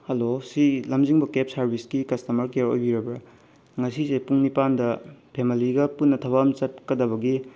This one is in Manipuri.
ꯍꯜꯂꯣ ꯁꯤ ꯂꯝꯖꯤꯡꯕ ꯀꯦꯕ ꯁꯥꯔꯕꯤꯁꯀꯤ ꯀꯁꯇꯃꯔ ꯀꯤꯌꯥꯔ ꯑꯣꯏꯕꯤꯔꯕ꯭ꯔꯥ ꯉꯁꯤꯁꯦ ꯄꯨꯡ ꯅꯤꯄꯥꯜꯗ ꯐꯦꯃꯤꯂꯤꯒ ꯄꯨꯟꯅ ꯊꯕꯛ ꯑꯃ ꯆꯠꯀꯗꯕꯒꯤ